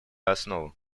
основу